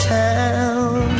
town